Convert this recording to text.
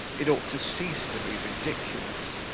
it ought to cease to be ridiculous.